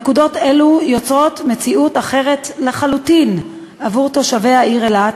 נקודות אלו יוצרות מציאות אחרת לחלוטין עבור תושבי העיר אילת,